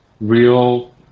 real